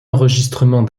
enregistrement